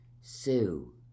sue